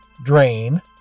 Drain